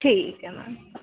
ਠੀਕ ਹੈ ਮੈਮ